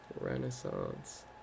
renaissance